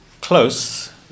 Close